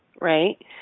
right